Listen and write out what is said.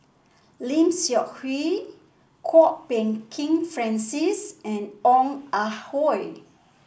Lim Seok Hui Kwok Peng Kin Francis and Ong Ah Hoi